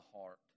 heart